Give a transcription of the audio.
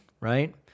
right